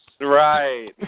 Right